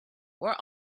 where